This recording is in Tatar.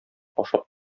ашап